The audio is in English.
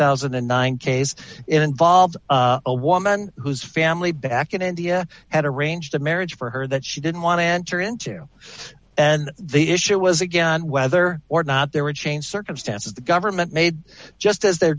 thousand and ninety eight involves a woman whose family back in india had arranged a marriage for her that she didn't want to enter into and the issue was again whether or not there were changed circumstances the government made just as they